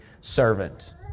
servant